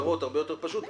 שטרות הרבה יותר פשוט,